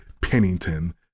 Pennington